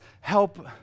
help